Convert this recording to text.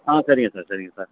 ஆ சரிங்க சார் சரிங்க சார்